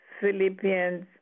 Philippians